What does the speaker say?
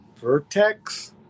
vertex